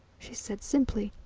she said simply.